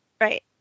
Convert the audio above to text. Right